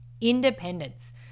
Independence